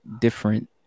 different